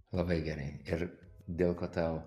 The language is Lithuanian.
labai gerai ir dėl ko tau